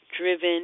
driven